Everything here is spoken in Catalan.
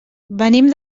venim